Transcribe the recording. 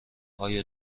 آیا